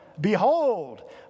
Behold